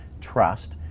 trust